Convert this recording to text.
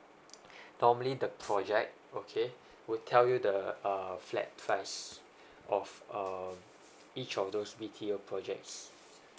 normally the project okay would tell you the uh flat price of um each of those B_T_O projects